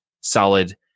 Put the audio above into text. solid